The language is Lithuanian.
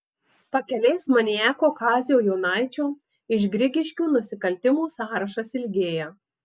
pakelės maniako kazio jonaičio iš grigiškių nusikaltimų sąrašas ilgėja